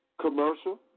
Commercial